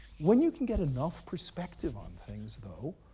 when you can get enough perspective on things, though,